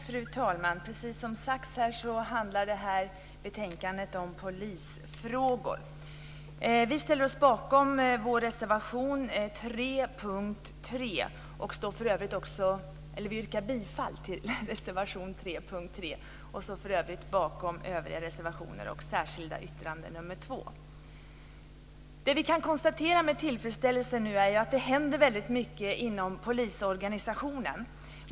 Fru talman! Precis som sagts här handlar detta betänkande om polisfrågor. Vi yrkar bifall till reservation nr 3 under mom. 3 och står för övrigt bakom övriga reservationer och det särskilda yttrandet nr 2. Det vi nu kan konstatera med tillfredsställelse är att det händer väldigt mycket inom polisorganisationen.